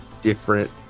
different